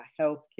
healthcare